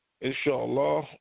Inshallah